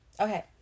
Okay